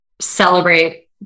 celebrate